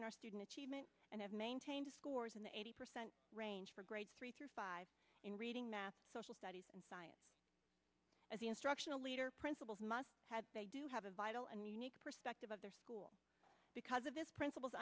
in our student achievement and have maintained scores in the eighty percent range for grades three through five in reading math social studies and science as the instructional leader principles must have they do have a vital and unique perspective of their school because of this princip